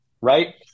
right